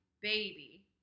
baby